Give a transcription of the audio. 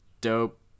dope